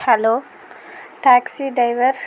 hello taxi driver